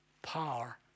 power